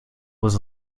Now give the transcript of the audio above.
was